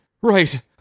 right